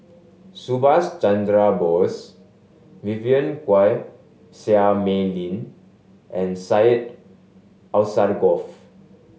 Subhas Chandra Bose Vivien Quahe Seah Mei Lin and Syed Alsagoff